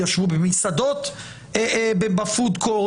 ישבו במסעדות ב-food court,